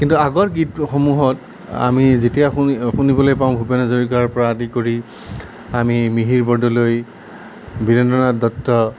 কিন্তু আগৰ গীতসমূহত আমি যেতিয়া শুনি শুনিবলৈ পাওঁ ভূপেন হাজৰিকাৰ পৰা আদি কৰি আমি মিহিৰ বৰদলৈ বীৰেন্দ্ৰ নাথ দত্ত